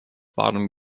bottom